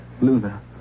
Luna